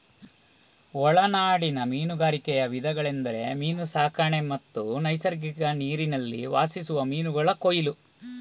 ಒಳನಾಡಿನ ಮೀನುಗಾರಿಕೆಯ ವಿಧಗಳೆಂದರೆ ಮೀನು ಸಾಕಣೆ ಮತ್ತು ನೈಸರ್ಗಿಕ ನೀರಿನಲ್ಲಿ ವಾಸಿಸುವ ಮೀನುಗಳ ಕೊಯ್ಲು